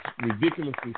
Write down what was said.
ridiculously